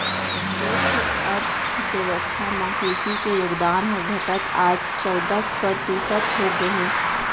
देस के अर्थ बेवस्था म कृसि के योगदान ह घटत आज चउदा परतिसत हो गए हे